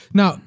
Now